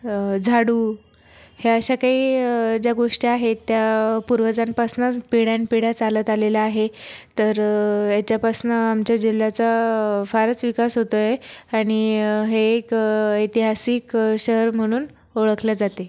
झाडू ह्या अशा काही ज्या गोष्टी आहेत त्या पूर्वजांपासूनच पिढ्यानपिढ्या चालत आलेलं आहे तर याच्यापासून आमच्या जिल्ह्याचा फारच विकास होतोय आणि हे एक ऐतिहासिक शहर म्हणून ओळखले जाते